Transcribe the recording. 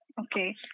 Okay